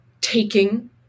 taking